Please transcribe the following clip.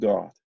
God